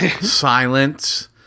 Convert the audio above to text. silence